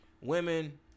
Women